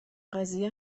قضیه